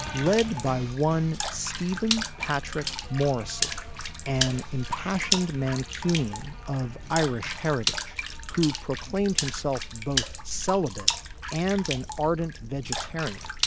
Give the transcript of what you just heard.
led by one steven patrick morrissey an impassioned man kunin of irish heritage who proclaimed himself both celibate and an ardent vegetarian.